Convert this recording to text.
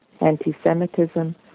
anti-Semitism